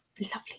Lovely